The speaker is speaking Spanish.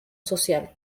social